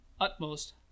utmost